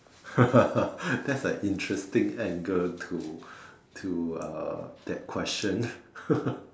that's an interesting angle to to uh that question